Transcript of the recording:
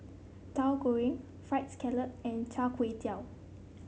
Tauhu Goreng fried scallop and Char Kway Teow